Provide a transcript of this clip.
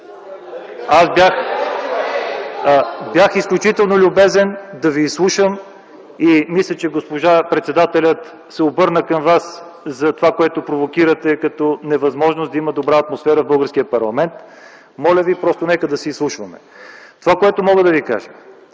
Бях изключително любезен да Ви изслушам. Мисля, че госпожа председателят се обърна към Вас за това, което провокирате като невъзможност да има добра атмосфера в българския парламент. Моля Ви, просто нека да се изслушваме! Мога да Ви кажа,